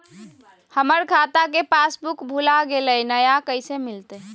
हमर खाता के पासबुक भुला गेलई, नया कैसे मिलतई?